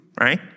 right